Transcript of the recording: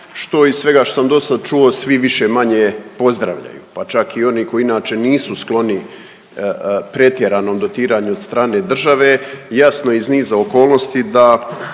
što iz svega što sam do sad čuo svi više-manje pozdravljaju, pa čak i oni koji inače nisu skloni pretjeranom dotiranju od strane države. Jasno je iz niza okolnosti da